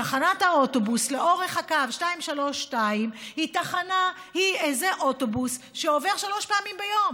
תחנת האוטובוס לאורך קו 232 היא איזה אוטובוס שעובר שלוש פעמים ביום.